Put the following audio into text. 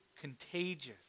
contagious